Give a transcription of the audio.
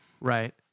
Right